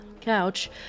couch